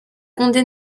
condé